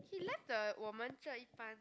he left the 我们这一班